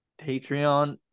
Patreon